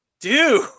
dude